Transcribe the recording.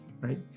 right